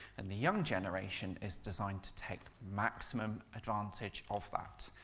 and the young generation is designed to take maximum advantage of that,